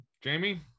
Jamie